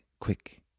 quick